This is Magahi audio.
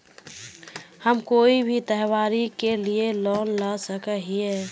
हम कोई भी त्योहारी के लिए लोन ला सके हिये?